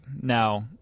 Now –